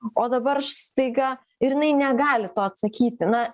o dabar staiga ir jinai negali to atsakyti na